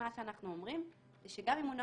מה שאנחנו אומרים זה שגם אם הוא לא